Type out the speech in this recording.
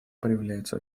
проявляется